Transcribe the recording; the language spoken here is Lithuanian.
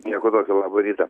nieko tokio labą rytą